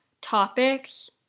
topics